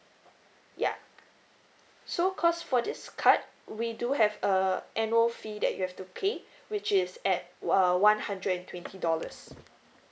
ya so cause for this card we do have uh annual fee that you have to pay which is at uh one hundred and twenty dollars